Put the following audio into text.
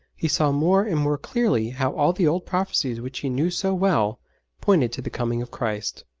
he saw more and more clearly how all the old prophecies which he knew so well pointed to the coming of christ.